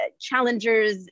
challengers